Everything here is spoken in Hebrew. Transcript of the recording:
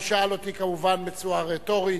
אדוני שאל אותי, כמובן, בצורה רטורית.